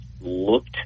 looked